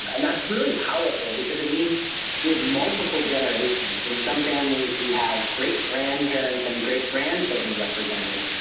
and and that's really powerful, because it means we have multiple generations. in some families we have great-grandparents and great-grandchildren represented.